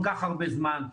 כל כך הרבה זמן.